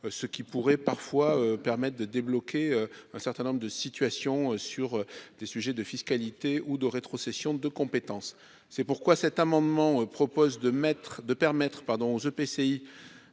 Ce qui pourrait parfois permettent de débloquer un certain nombre de situations sur des sujets de fiscalité ou de rétrocession de compétences. C'est pourquoi cet amendement propose de mettre de